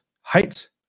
height